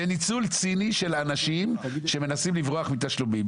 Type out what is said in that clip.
זה ניצול ציני של אנשים שמנסים לברוח מתשלומים.